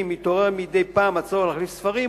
מתעורר מדי פעם הצורך להחליף ספרים,